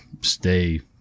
stay